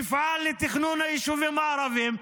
תפעל לתכנון היישובים הערביים,